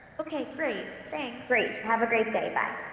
okay great, thanks. great, have a great day, bye.